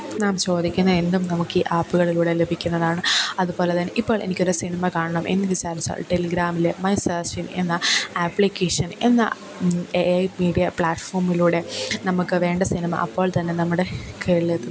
നാം ചോദിക്കുന്നതെന്തും നമുക്ക് ഈ ആപ്പുകളിലൂടെ ലഭിക്കുന്നതാണ് അതുപ്പോലെ തന്നെ ഇപ്പോൾ എനിക്കൊരു സിനിമ കാണണമെന്നുവിചാരിച്ചാല് ടെലിഗ്രാമില് മൈ സെർച്ചിങ് എന്ന ആപ്ലിക്കേഷൻ എന്ന എ എ പീഡിയ പ്ലാറ്റ്ഫോമിലൂടെ നമുക്ക് വേണ്ട സിനിമ അപ്പോൾത്തന്നെ നമ്മുടെ കൈകളിലെത്തുന്നു